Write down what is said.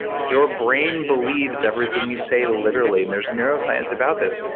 your brain believes everything you say literally. and there's neuroscience about this.